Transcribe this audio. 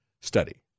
study